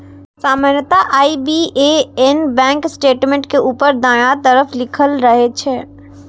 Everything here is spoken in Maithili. सामान्यतः आई.बी.ए.एन बैंक स्टेटमेंट के ऊपर दायां तरफ लिखल रहै छै